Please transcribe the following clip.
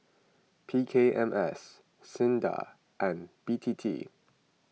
P K M S Sinda and B T T